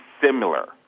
similar